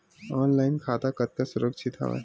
Online खाता कतका सुरक्षित हवय?